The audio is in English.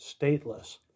stateless